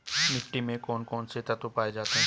मिट्टी में कौन कौन से तत्व पाए जाते हैं?